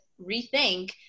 rethink